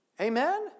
Amen